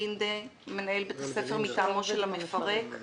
המדינה יודעת להעמיד חלופה אפקטיבית להכשרות בתחום הקולינריה,